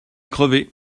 crevé